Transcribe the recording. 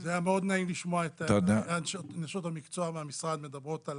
זה היה מאוד נעים לשמוע את נשות המקצוע מהמשרד מדברות על